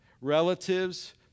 relatives